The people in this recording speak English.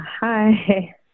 Hi